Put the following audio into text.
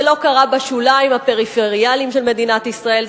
זה לא קרה בשוליים הפריפריאליים של מדינת ישראל,